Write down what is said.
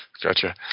Gotcha